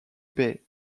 bay